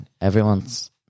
Everyone's